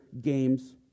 games